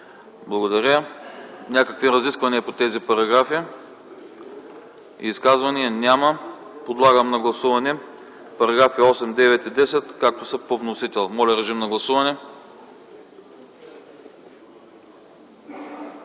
Благодаря. Някакви разисквания по тези параграфи? Изказвания? Няма. Подлагам на гласуване параграфи 8, 9 и 10, както са по вносител. Гласували